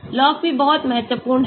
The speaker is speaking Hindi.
log p बहुत महत्वपूर्ण है